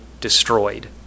destroyed